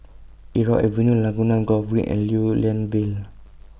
Irau Avenue Laguna Golf Green and Lew Lian Vale